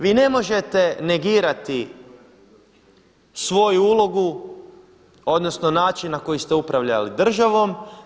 Vi ne možete negirati svoju ulogu odnosno način na koji ste upravljali državom.